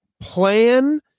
plan